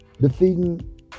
defeating